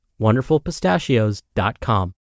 wonderfulpistachios.com